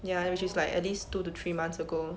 ya which is like at least two to three months ago